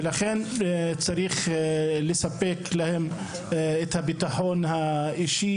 ולכן צריך לספק להם את הביטחון האישי